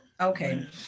okay